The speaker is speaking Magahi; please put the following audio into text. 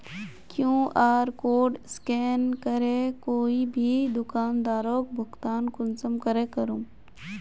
कियु.आर कोड स्कैन करे कोई भी दुकानदारोक भुगतान कुंसम करे करूम?